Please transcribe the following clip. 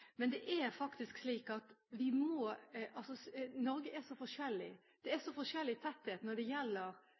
Men Norge er så forskjellig, det er så forskjellig tetthet når det gjelder